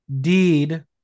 deed